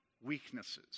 weaknesses